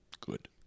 good